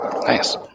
Nice